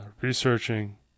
researching